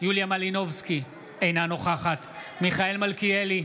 יוליה מלינובסקי, אינה נוכחת מיכאל מלכיאלי,